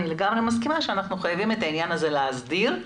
אני לגמרי מסכימה שאנחנו חייבים להסדיר את העניין הזה,